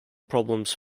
problems